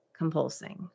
compulsing